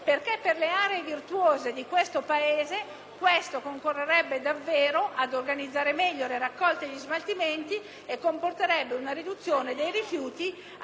avviati definitivamente a smaltimento, sia i rifiuti ingombranti, sia i rifiuti di altro tipo.